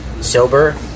sober